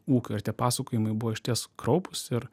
ūkio ir tie pasakojimai buvo išties kraupūs ir